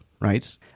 right